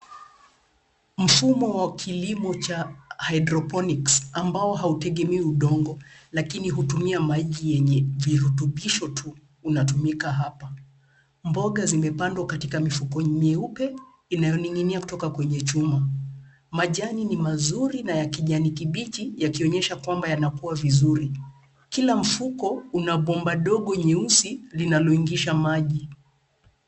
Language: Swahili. Mfumo wa kilimo cha hydroponics ambao hautegemei udongo lakini hutumia maji yenye virutubisho tu unatumika hapa. Mboga zimepandwa katika mifuko mieupe inayoning'inia kutoka kwenye chuma. Majani ni mazuri na ya kijani kibichi yakionyesha kwamba yanakuua vizuri. Kila mfuko una bomba dogo nyeusi linaloingisha maji.